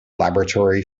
laboratory